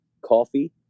coffee